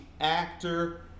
actor